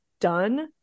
done